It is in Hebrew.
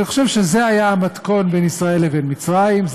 אני חושב שזה היה המתכון בין ישראל לבין מצרים,